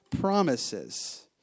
promises